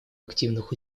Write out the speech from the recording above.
активных